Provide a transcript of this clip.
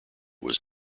was